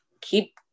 keep